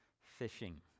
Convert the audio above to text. fishing